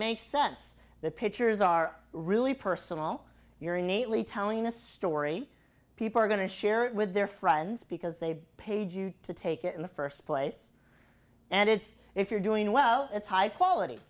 makes sense that pictures are really personal you're innately telling a story people are going to share it with their friends because they paid you to take it in the first place and it's if you're doing well it's high quality